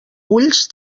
ulls